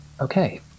Okay